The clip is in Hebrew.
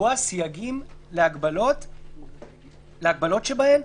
לקבוע סייגים להגבלות שבהן,